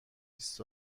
بیست